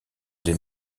des